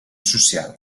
social